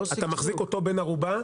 אתה מחזיק אותו בן ערובה,